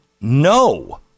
no